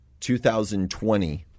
2020